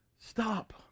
Stop